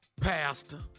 Pastor